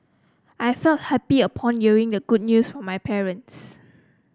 I felt happy upon hearing the good news from my parents